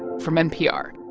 from npr